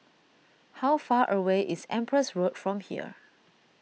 how far away is Empress Road from here